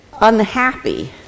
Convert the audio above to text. unhappy